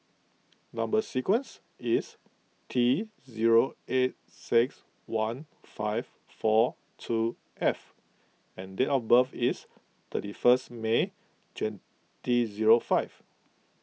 Number Sequence is T zero eight six one five four two F and date of birth is thirty first May twenty zero five